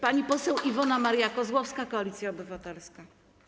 Pani poseł Iwona Maria Kozłowska, Koalicja Obywatelska.